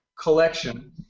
collection